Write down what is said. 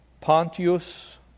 Pontius